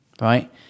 right